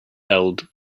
held